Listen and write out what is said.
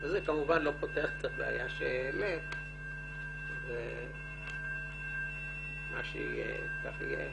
זה כמובן לא פותר את הבעיה שהעלית ומה שיהיה כך יהיה.